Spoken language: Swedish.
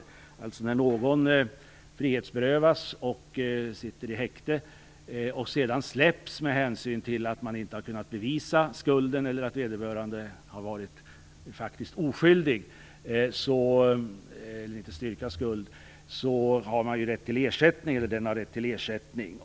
När någon som frihetsberövats och fått sitta i häkte släpps, eftersom vederbörandes skuld inte har kunnat styrkas eller därför att vederbörande faktiskt har varit oskyldig, har denne rätt till ersättning.